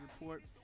Report